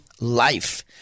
life